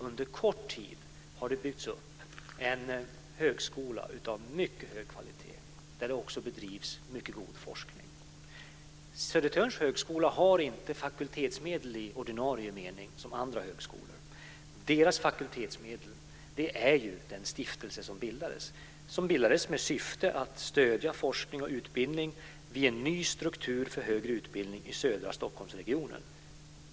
Under kort tid har det byggts upp en högskola av mycket hög kvalitet där det också bedrivs mycket god forskning. Södertörns högskola har inte fakultetsmedel i ordinarie mening som andra högskolor. Högskolans fakultetsmedel får man från den stiftelse som bildades med syfte att stödja forskning och utbildning vid en ny struktur för högre utbildning i södra Stockholmsregionen.